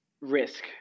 risk